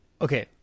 okay